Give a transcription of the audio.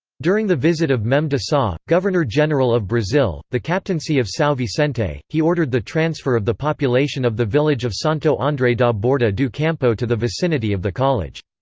during the visit of mem de sa, governor-general of brazil, the captaincy of sao vicente, he ordered the transfer of the population of the village of santo andre da borda do campo to the vicinity of the college.